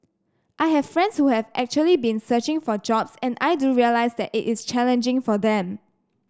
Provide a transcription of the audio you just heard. I have friends who have actually been searching for jobs and I do realize that it is challenging for them